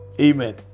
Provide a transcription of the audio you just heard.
Amen